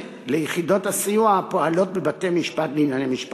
ליחידות הסיוע הפועלות בבתי-המשפט לענייני משפחה.